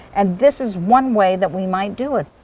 and this is one way that we might do it